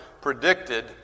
predicted